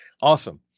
Awesome